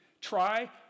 Try